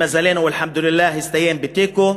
למזלנו, ואלחמדולילה, הסתיים בתיקו.